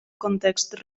context